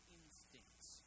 instincts